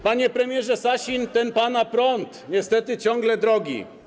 Panie premierze Sasin, ten pana prąd niestety ciągle drogi.